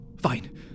fine